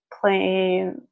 playing